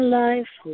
life